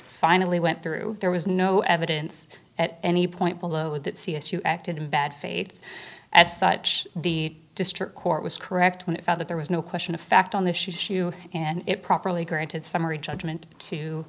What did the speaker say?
finally went through there was no evidence at any point below that c s you acted in bad faith as such the district court was correct when it found that there was no question of fact on this shoe and it properly granted summary judgment to